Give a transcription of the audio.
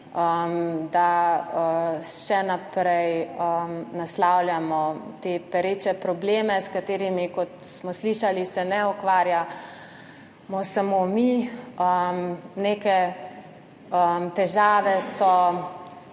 da še naprej naslavljamo te pereče probleme, s katerimi, kot smo slišali, se ne ukvarjamo samo mi. Neke težave so